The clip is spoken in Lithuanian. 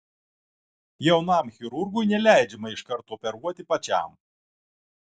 jaunam chirurgui neleidžiama iš karto operuoti pačiam